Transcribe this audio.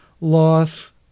loss